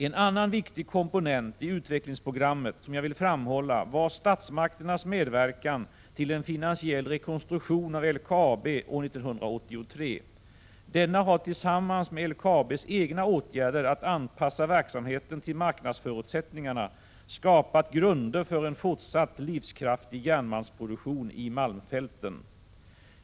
En annan viktig komponent i utvecklingsprogrammet, som jag vill framhålla, var statsmakternas medverkan till en finansiell rekonstruktion av LKAB år 1983. Denna har, tillsammans med LKAB:s egna åtgärder att anpassa verksamheten till marknadsförutsättningarna, skapat grunder för en fortsatt livskraftig järnmalmsproduktion i malmfälten.